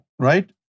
right